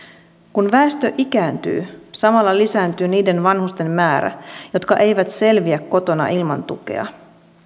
kun väestö ikääntyy samalla lisääntyy niiden vanhusten määrä jotka eivät selviä kotona ilman tukea